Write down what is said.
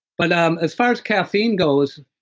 but um as far as caffeine goes,